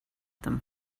them